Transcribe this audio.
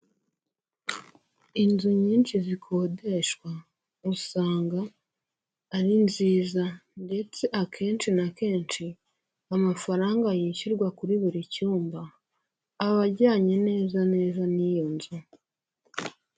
Inzu nyinshi zikodeshwa usanga ari nziza ndetse akenshi na kenshi amafaranga yishyurwa kuri buri cyumba aba ajyanye neza neza n'iyo nzu.